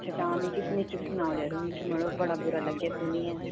अच्छा अच्छा मिगी बी सनाई ओड़ेओ यरो मिगी मड़ो बड़ा बुरा लग्गेआ सुनियै